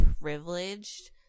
privileged